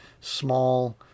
small